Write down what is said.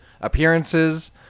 appearances